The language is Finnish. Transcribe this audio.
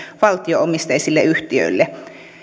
valtio omisteisille yhtiöille